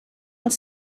els